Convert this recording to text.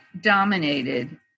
dominated